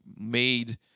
made